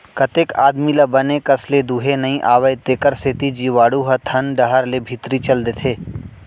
कतेक आदमी ल बने कस ले दुहे नइ आवय तेकरे सेती जीवाणु ह थन डहर ले भीतरी चल देथे